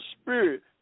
spirit